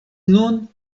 nun